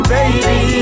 Baby